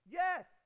yes